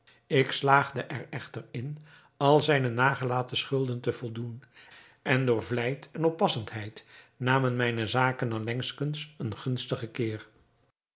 ik slaagde er echter in al zijne nagelaten schulden te voldoen en door vlijt en oppassendheid namen mijne zaken allengskens een gunstigen keer